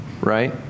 Right